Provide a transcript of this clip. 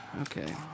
okay